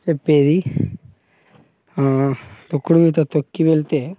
చెప్పేది ఆ తొక్కుడు బిళ్ళ తొక్కివెళితే